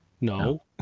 No